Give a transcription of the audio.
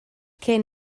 cyn